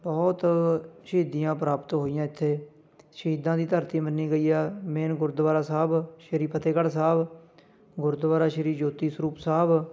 ਬਹੁਤ ਸ਼ਹੀਦੀਆਂ ਪ੍ਰਾਪਤ ਹੋਈਆਂ ਇੱਥੇ ਸ਼ਹੀਦਾਂ ਦੀ ਧਰਤੀ ਮੰਨੀ ਗਈ ਆ ਮੇਨ ਗੁਰਦੁਆਰਾ ਸਾਹਿਬ ਸ਼੍ਰੀ ਫਤਿਹਗੜ੍ਹ ਸਾਹਿਬ ਗੁਰਦੁਆਰਾ ਸ਼੍ਰੀ ਜੋਤੀ ਸਰੂਪ ਸਾਹਿਬ